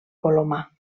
colomar